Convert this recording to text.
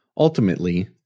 Ultimately